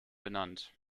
benannt